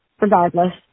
regardless